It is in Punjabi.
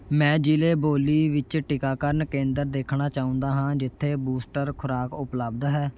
ਮੈਂ ਜ਼ਿਲ੍ਹੇ ਬੋਲੀ ਵਿੱਚ ਟੀਕਾਕਰਨ ਕੇਂਦਰ ਦੇਖਣਾ ਚਾਹੁੰਦਾ ਹਾਂ ਜਿੱਥੇ ਬੂਸਟਰ ਖੁਰਾਕ ਉਪਲਬਧ ਹੈ